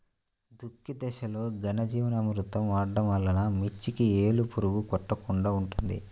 దుక్కి దశలో ఘనజీవామృతం వాడటం వలన మిర్చికి వేలు పురుగు కొట్టకుండా ఉంటుంది?